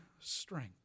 strength